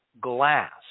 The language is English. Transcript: glass